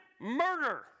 murder